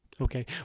okay